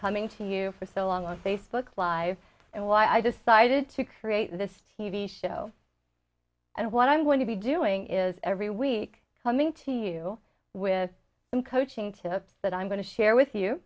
coming to you for so long on facebook live and why i decided to create this t v show and what i'm going to be doing is every week coming to you with some coaching tips that i'm going to share with you